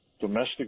domestic